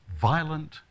violent